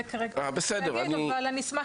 זה כרגע מה שרציתי להגיד אבל אני אשמח